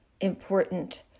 important